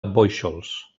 bóixols